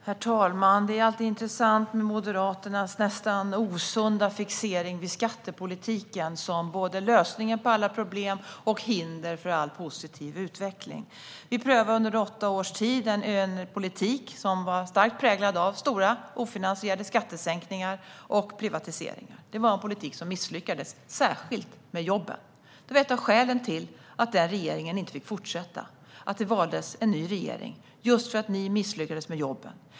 Herr talman! Det är alltid intressant med Moderaternas nästan osunda fixering vid skattepolitiken som både lösningen på alla problem och hinder för all positiv utveckling. Vi prövade under åtta års tid en politik som var starkt präglad av stora ofinansierade skattesänkningar och privatiseringar. Det var en politik som misslyckades, särskilt när det gäller jobben. Det var ett av skälen till att den regeringen inte fick fortsätta. Det valdes en ny regering just för att ni misslyckades med jobben.